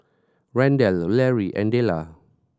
Randell Larry and Della